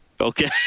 Okay